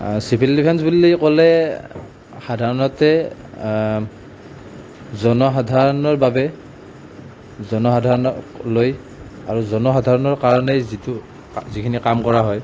civil defence বুলি ক'লে সাধাাৰণতে জনসাধাৰণৰ বাবে জনসাধাৰণক লৈ আৰু জনসাধাৰণৰ কাৰণে যিটো যিখিনি কাম কৰা হয়